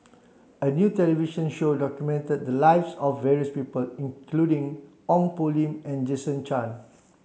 a new television show documented the lives of various people including Ong Poh Lim and Jason Chan